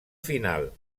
final